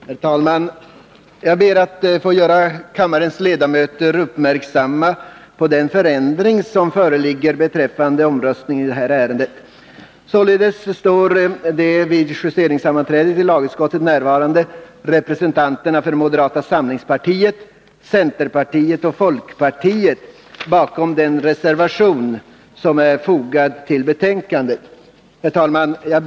Herr talman! Jag ber att få göra kammarens ledamöter uppmärksamma på den förändring som föreligger beträffande omröstningen i det här ärendet. Således står de vid justeringssammanträdet i lagutskottet närvarande representanterna för moderata samlingspartiet, centerpartiet och folkpartiet bakom den reservation som är fogad till betänkandet. Herr talman!